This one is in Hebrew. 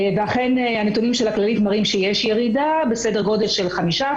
ואכן הנתונים של הכללית מראים שיש ירידה בסדר גודל של 5%,